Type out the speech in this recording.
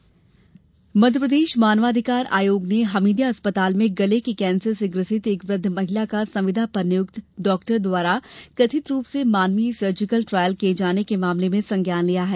मानव अधिकार मध्यप्रदेश मानव अधिकार आयोग ने हमीदिया अस्पताल में गले के कैंसर से ग्रसित एक वृद्व महिला का संविदा पर नियुक्त डाक्टर द्वारा कथित रूप से मानवीय सर्जिकल ट्रायल किये जाने के मामले में संज्ञान लिया है